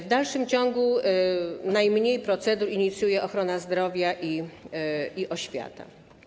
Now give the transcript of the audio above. W dalszym ciągu najmniej procedur inicjuje ochrona zdrowia i oświata.